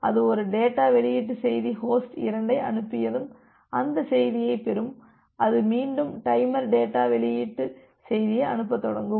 எனவே அது ஒரு டேட்டா வெளியீட்டு செய்தி ஹோஸ்ட் 2 ஐ அனுப்பியதும் அந்த செய்தியைப் பெறும் அது மீண்டும் டைமர் டேட்டா வெளியீட்டு செய்தியை அனுப்பத் தொடங்கும்